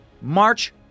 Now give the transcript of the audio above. March